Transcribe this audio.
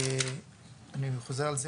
אני חוזר על זה,